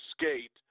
skate